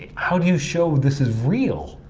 how do you show this is real?